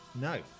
No